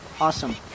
Awesome